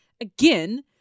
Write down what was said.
again